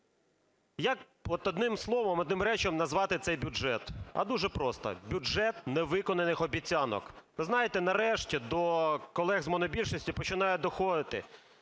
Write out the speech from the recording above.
як одним словом, одним реченням назвати цей бюджет? А дуже просто: бюджет невиконаних обіцянок. Ви знаєте, нарешті, до колег з монобільшості починає доходити,